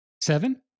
Seven